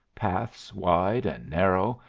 paths wide and narrow,